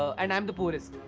and i am the poorest.